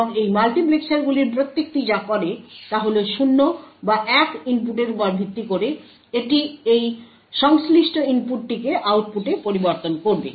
এবং এই মাল্টিপ্লেক্সারগুলির প্রত্যেকটি যা করে তা হল 0 বা 1 ইনপুটের উপর ভিত্তি করে এটি সেই সংশ্লিষ্ট ইনপুটটিকে আউটপুটে পরিবর্তন করবে